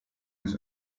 his